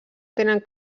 tenen